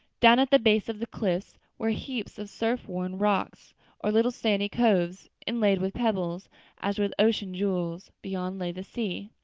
down at the base of the cliffs were heaps of surf-worn rocks or little sandy coves inlaid with pebbles as with ocean jewels beyond lay the sea,